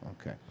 Okay